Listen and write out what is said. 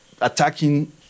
attacking